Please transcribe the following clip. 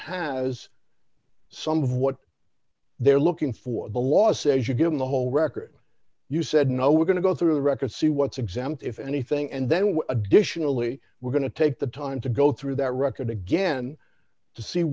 has some of what they're looking for the law says you've given the whole record you said no we're going to go through the records see what's exempt if anything and then we additionally we're going to take the time to go through that record again to see